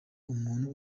umuntu